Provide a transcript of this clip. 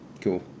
Cool